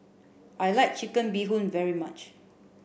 I like chicken bee hoon very much